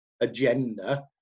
agenda